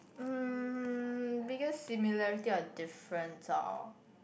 um biggest similarity of difference ah